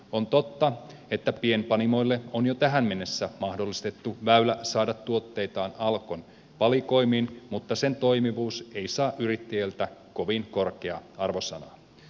on totta että pienpanimoille on jo tähän mennessä mahdollistettu väylä saada tuotteitaan alkon valikoimiin mutta sen toimivuus ei saa yrittäjiltä kovin korkeaa arvosanaa